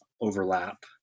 overlap